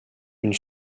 une